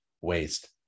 waste